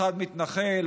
אחד מתנחל,